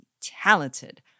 talented